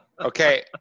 Okay